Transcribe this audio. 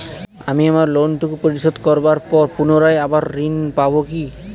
আমি আমার লোন টুকু পরিশোধ করবার পর পুনরায় আবার ঋণ পাবো কি?